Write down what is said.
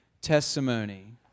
testimony